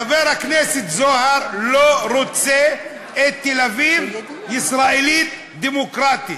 חבר הכנסת זוהר לא רוצה את תל-אביב ישראלית דמוקרטית.